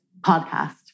podcast